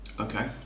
Okay